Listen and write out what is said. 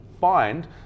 find